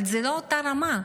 אבל זאת לא אותה רמה.